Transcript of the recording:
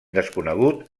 desconegut